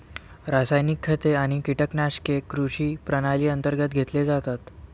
रासायनिक खते आणि कीटकनाशके कृषी प्रणाली अंतर्गत घेतले जातात